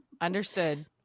Understood